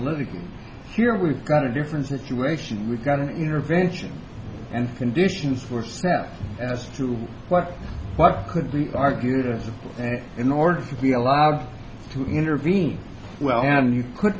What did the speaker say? living here we've got a different situation we've got an intervention and conditions were as to what what could be argued in order to be allowed to intervene well and you could